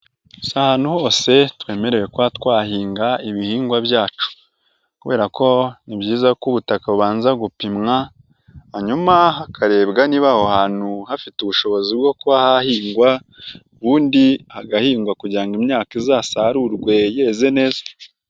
Si ahantu hose twemerewe kuba twahinga ibihingwa byacu kubera ko ni byiza ko ubutaka bubanza gupimwa, hanyuma hakarebwa niba aho hantu, hafite ubushobozi bwo kuba hahingwa, ubundi hagahingwa kugira ngo imyaka izasarurwe yeze neza.